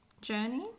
journey